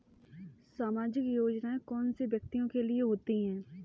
सामाजिक योजना कौन से व्यक्तियों के लिए होती है?